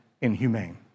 inhumane